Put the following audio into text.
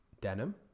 Denim